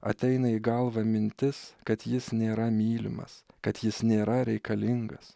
ateina į galvą mintis kad jis nėra mylimas kad jis nėra reikalingas